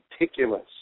meticulous